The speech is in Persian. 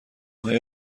های